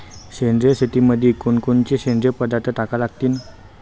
सेंद्रिय शेतीमंदी कोनकोनचे सेंद्रिय पदार्थ टाका लागतीन?